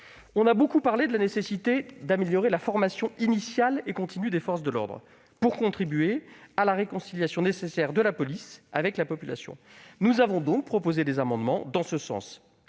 On a beaucoup parlé de la nécessité d'améliorer la formation initiale et continue des forces de l'ordre pour contribuer à la nécessaire réconciliation de la police avec la population. Nous avons donc déposé des amendements dans ce sens.